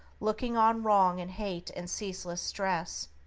looking on wrong, and hate, and ceaseless stress?